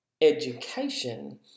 Education